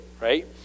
right